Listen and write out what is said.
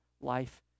life